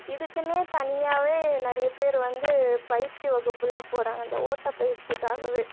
இதுக்குன்னே தனியாகவே நிறைய பேர் வந்து பயிற்சி வகுப்பெலாம் போகிறாங்க இந்த ஓட்டப்பயிற்சிக்காகவே